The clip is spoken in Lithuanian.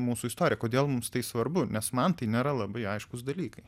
mūsų istoriją kodėl mums tai svarbu nes man tai nėra labai aiškūs dalykai